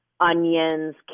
onions